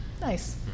Nice